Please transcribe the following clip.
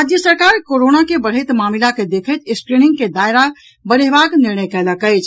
राज्य सरकार कोरोना के बढ़ैत मामिला के देखैत स्क्रीनिंग के दायरा बढ़यबाक निर्णय कयलक अछि